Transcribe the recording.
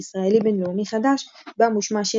ו"ישראלי/בין-לאומי חדש" בה מושמע שיר